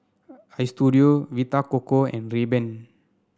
Istudio Vita Coco and Rayban